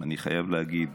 ואני חייב להגיד